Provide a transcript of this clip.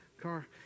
car